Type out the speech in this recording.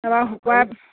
এবাৰ শুকুৱাই